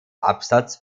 absatz